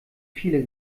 viele